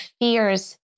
fears